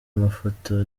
mafoto